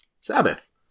Sabbath